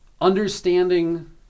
understanding